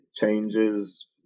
changes